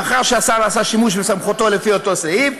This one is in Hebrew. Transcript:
מאחר שהשר עשה שימוש בסמכותו לפי אותו סעיף